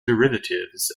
derivatives